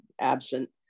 absent